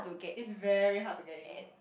is very hard to get in